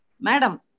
Madam